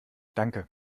danke